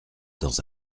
dans